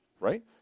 Right